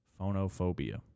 phonophobia